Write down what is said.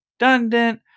redundant